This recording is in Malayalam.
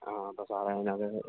ആ അപ്പം സാറേ ഞാൻ അത്